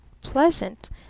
pleasant